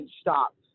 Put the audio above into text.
stop